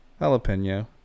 Jalapeno